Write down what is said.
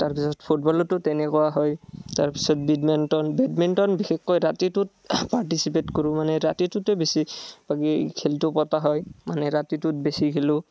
তাৰপিছত ফুটবলতো তেনেকুৱা হয় তাৰপিছত বিডমেণ্টন বেডমিণ্টন বিশেষকৈ ৰাতিটোত পাৰ্টিচিপেট কৰোঁ মানে ৰাতিটোতে বেছিভাগেই খেলটো পতা হয় মানে ৰাতিটোত বেছি খেলোঁ